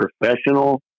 professional